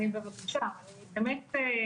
אני באמת,